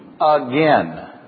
again